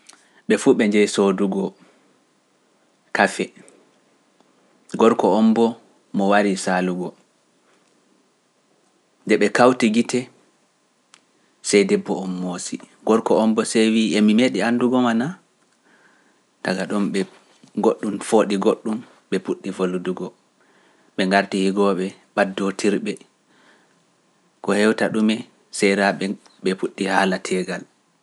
Ɓe fu ɓe njehi soodugo kafe, gorko oon mo wari saalugo, nde ɓe kawti gite, Sey debbo oon moosi, gorko oon sewi emi meeɗi anndugo maa naa? Taga ɗoon ɓe goɗɗum fooɗi goɗɗum, ɓe puɗi folludugo, ɓe ngarti higooɓe, ɓaddotirɓe, ko hewta ɗume seera ɓe puɗi haala teegal.